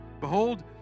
Behold